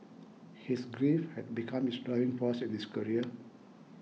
his grief had become his driving force in his career